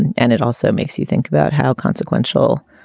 and and it also makes you think about how consequential